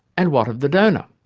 and what of the donor?